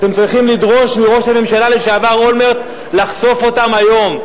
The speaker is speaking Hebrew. אתם צריכים לדרוש מראש הממשלה לשעבר אולמרט לחשוף אותם היום,